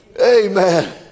amen